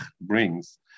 brings